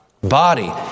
body